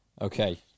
Okay